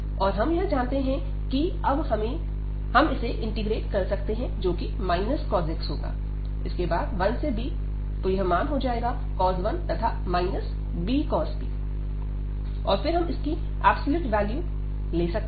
और हम यह जानते हैं कि अब हम इसे इंटीग्रेट कर सकते हैं जोकि cosx होगा इसके बाद 1 से b तो यह मान हो जाएगा cos 1 तथा b cos bऔर फिर हम इसकी एब्सलूट वैल्यू ले सकते हैं